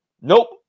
Nope